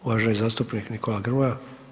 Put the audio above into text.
Uvaženi zastupnik Nikola Grmoja.